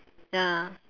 ya